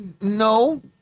No